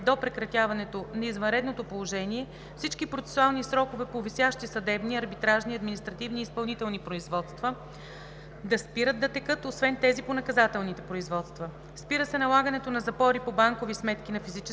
до прекратяването на извънредното положение всички процесуални срокове по висящите съдебни, арбитражни, административни и изпълнителни производства да спират да текат, освен тези по наказателните производства. Спира се налагането на запори на банкови сметки на физически